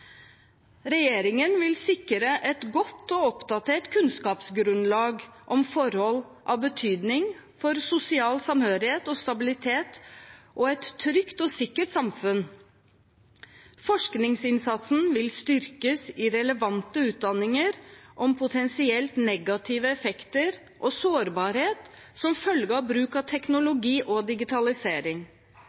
Regjeringen vil sikre et godt og oppdatert kunnskapsgrunnlag om forhold av betydning for sosial samhørighet og stabilitet og et trygt og sikkert samfunn. Forskningsinnsatsen vil styrkes i relevante utdanninger om potensielt negative effekter og sårbarhet som følge av bruk av teknologi og digitalisering,